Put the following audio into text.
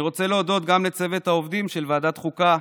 אני רוצה להודות גם לצוות העובדים של ועדת חוקה,